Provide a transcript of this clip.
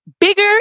bigger